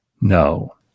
No